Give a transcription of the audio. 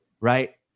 right